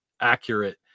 accurate